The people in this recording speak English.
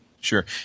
Sure